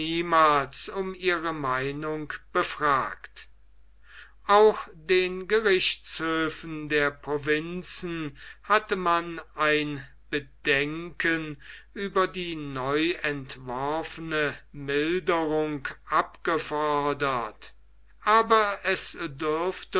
um ihre meinung befragt auch den gerichtshöfen der provinzen hatte man ein bedenken über die neuentworfene milderung abgefordert aber es dürfte